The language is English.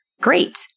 Great